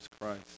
Christ